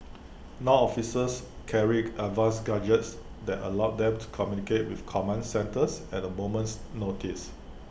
now officers carry advanced gadgets that allow them to communicate with command centres at A moment's notice